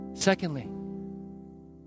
Secondly